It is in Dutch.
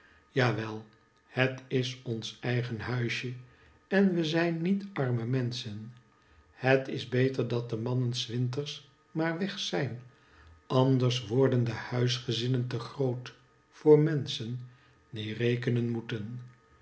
jawel het is ons eigen huisje en we zijn niet arme menschen het is beter dat de mannen s winters maar weg zijn anders worden de huisgezinnen te groot voor menschen die